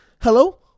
Hello